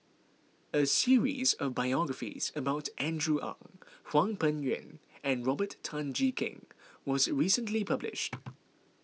a series of biographies about Andrew Ang Hwang Peng Yuan and Robert Tan Jee Keng was recently published